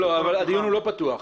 הדיון הוא לא פתוח.